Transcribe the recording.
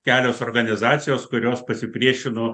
kelios organizacijos kurios pasipriešino